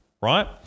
right